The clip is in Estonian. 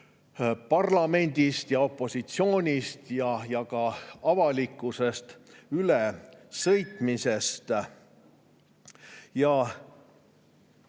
parlamendist ja opositsioonist ja ka avalikkusest ülesõitmisest.